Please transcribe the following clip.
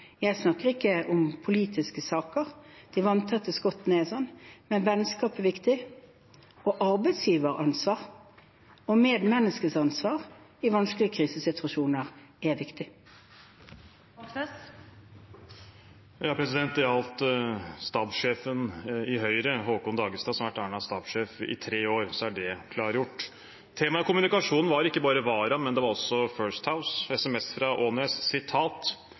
Jeg snakker ikke om politiske saker, de vanntette skottene er sånn, men vennskap er viktig, og arbeidsgiveransvar og medmenneskets ansvar i vanskelige krisesituasjoner er viktig. Det gjaldt stabssjefen i Høyre – Haakon Dagestad, som har vært Erna Solbergs stabssjef i tre år – så er det klargjort. Temaet i kommunikasjonen var ikke bare Wara, det var også First House og en sms fra